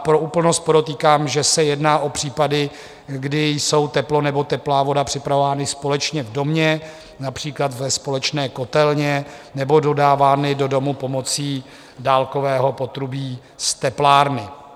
Pro úplnost podotýkám, že se jedná o případy, kdy jsou teplo nebo teplá voda připravovány společně v domě, například ve společné kotelně, nebo dodávány do domu pomocí dálkového potrubí z teplárny.